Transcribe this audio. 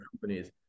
companies